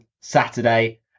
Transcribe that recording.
Saturday